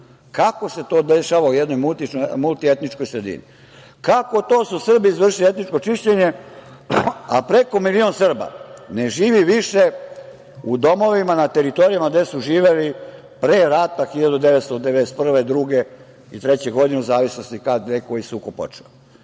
Kako se to dešava u jednoj multietničkoj sredini? Kako to da su Srbi izvršili etničko čišćenje, a preko milion Srba ne živi više u domovima na teritorijama gde su živeli pre rata 1991, 1992. i 1993. godine u zavisnosti kad, gde koji sukob počeo?